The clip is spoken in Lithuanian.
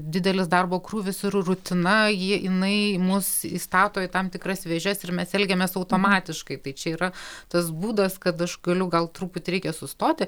didelis darbo krūvis ir rutina jie jinai mus įstato į tam tikras vėžes ir mes elgiamės automatiškai tai čia yra tas būdas kad aš galiu gal truputį reikia sustoti